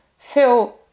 feel